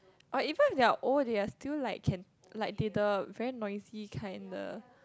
or even if you are old you as still like can the like the very nosy kind